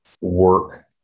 work